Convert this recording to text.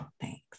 thanks